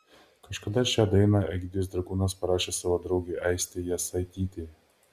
kažkada šią dainą egidijus dragūnas parašė savo draugei aistei jasaitytei